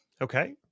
okay